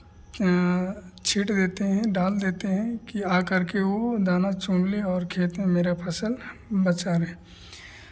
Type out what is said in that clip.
छींट देते हैं डाल देते हैं कि आ करके वो दाना चुन ले और खेत में मेरा फसल बचा रहे